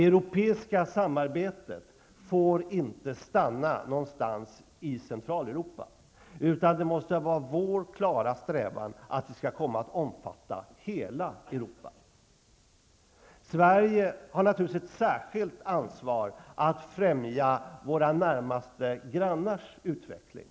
Europasamarbetet får inte stanna någonstans i Centraleuropa, utan det måste vara vår klara strävan att det skall komma att omfatta hela Europa. Sverige har naturligtvis ett särskilt ansvar att främja våra närmaste grannars utveckling.